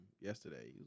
yesterday